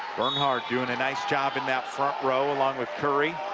bernhard doing a nice job in that front row. along with curry